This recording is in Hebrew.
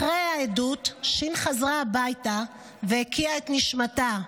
אחרי העדות ש' חזרה הביתה והקיאה את נשמתה,